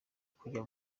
kujya